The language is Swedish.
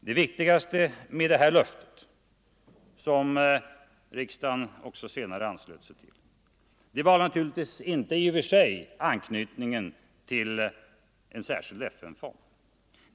Det viktigaste med det löftet, som riksdagen också senare anslöt sig till, var naturligtvis inte i och för sig anknytningen till en särskild FN fond.